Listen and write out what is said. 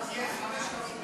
למחוסרי דיור